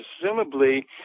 presumably